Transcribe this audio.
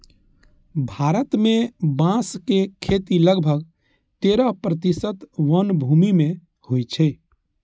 भारत मे बांसक खेती लगभग तेरह प्रतिशत वनभूमि मे होइ छै